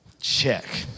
Check